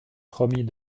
promis